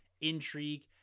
intrigue